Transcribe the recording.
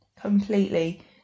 completely